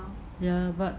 ya but